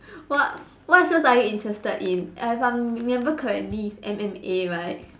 what what shows are you interested in as I'm remember correctly is M_M_A right